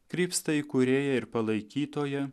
krypsta į kūrėją ir palaikytoją